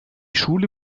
schule